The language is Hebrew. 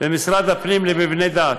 במשרד הפנים למבני דת.